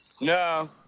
no